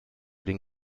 den